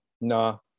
No